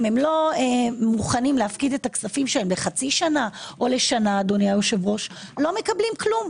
אם הם לא מוכנים להפקיד את הכספים שלהם לחצי שנה או לשנה לא מקבלים דבר.